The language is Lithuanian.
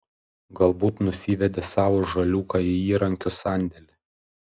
galbūt nusivedė savo žaliūką į įrankių sandėlį